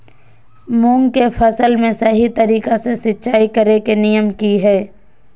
मूंग के फसल में सही तरीका से सिंचाई करें के नियम की हय?